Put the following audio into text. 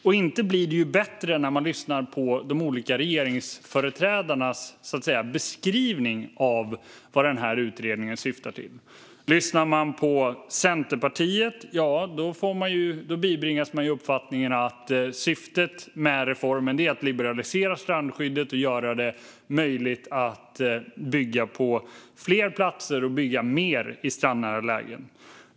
Och inte blir det bättre när man lyssnar på de olika regeringsföreträdarnas beskrivning av vad utredningen syftar till. Lyssnar man på Centerpartiet bibringas man uppfattningen att syftet med reformen är att liberalisera strandskyddet och göra det möjligt att bygga på fler platser och bygga mer i strandnära lägen.